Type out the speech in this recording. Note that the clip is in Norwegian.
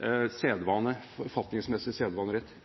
forfatningsmessig sedvanerett.